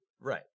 Right